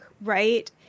right